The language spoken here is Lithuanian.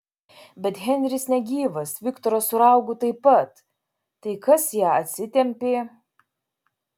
bet henris negyvas viktoras su raugu taip pat tai kas ją atsitempė